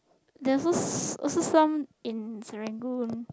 there's also also some in Serangoon